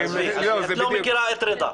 את לא מכירה את רדה.